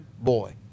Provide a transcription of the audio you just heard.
boy